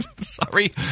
Sorry